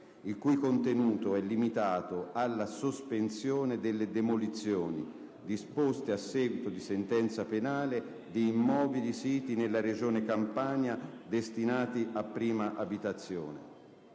il cui contenuto è limitato alla sospensione delle demolizioni - disposte a seguito di sentenza penale - di immobili siti nella Regione Campania, destinati a prima abitazione.